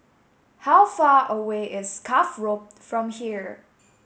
how far away is Cuff Road from here